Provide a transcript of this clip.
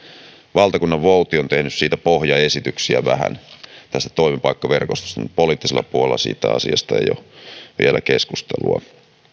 valtakunnanvouti on vähän tehnyt pohjaesityksiä tästä toimipaikkaverkostosta mutta poliittisella puolella siitä asiasta ei ole vielä keskustelua